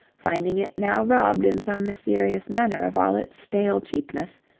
finding it now robbed in some mysterious manner of all its stale cheapness,